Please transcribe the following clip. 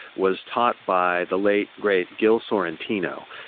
was taught by the late great gil sorrentino,